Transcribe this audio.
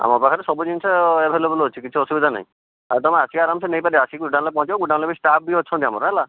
ଆମ ପାଖରେ ସବୁଜିନିଷ ଆଭେଲେବଲ୍ ଅଛି କିଛି ଅସୁବିଧା ନାହିଁ ଏ ତମେ ଆସିକି ଆରାମସେ ନେଇପାରିବ ଆସିକି ଗୋଡ଼ାଉନ୍ରେ ପହଞ୍ଚିବ ଗୋଡ଼ାଉନ୍ର ବି ଷ୍ଟାଫ୍ ବି ଅଛନ୍ତି ଆମର ହେଲା